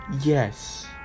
Yes